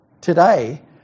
today